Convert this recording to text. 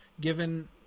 Given